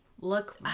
look